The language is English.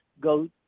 go